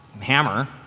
hammer